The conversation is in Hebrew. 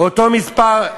אותו מספר,